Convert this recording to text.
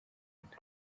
road